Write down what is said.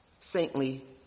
saintly